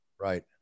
Right